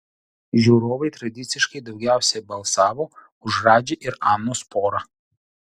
žiūrovai tradiciškai daugiausiai balsavo už radži ir anos porą